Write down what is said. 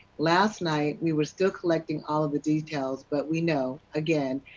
last night we were still collecting all of the details, but we know, again,